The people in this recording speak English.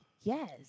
yes